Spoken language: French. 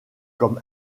comme